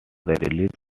released